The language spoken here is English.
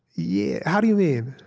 yeah how do you mean?